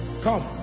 come